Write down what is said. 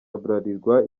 bralirwa